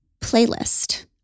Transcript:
playlist